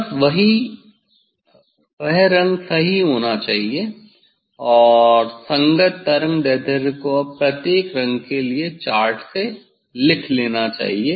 बस वह रंग सही होना चाहिए और संगत तरंगदैर्ध्य को अब प्रत्येक रंग के लिए चार्ट से लिख लेना चाहिए